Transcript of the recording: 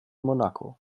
monaco